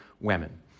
women